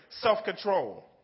self-control